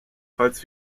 falls